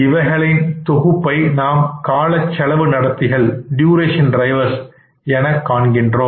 இவைகளின் தொகுப்பை நாம் காலச் செலவு நடத்திகள் எனக் காண்கிறோம்